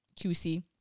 QC